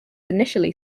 initially